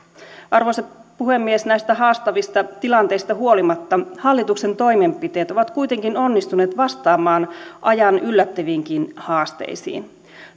arvoisa puhemies näistä haastavista tilanteista huolimatta hallituksen toimenpiteet ovat kuitenkin onnistuneet vastaamaan ajan yllättäviinkin haasteisiin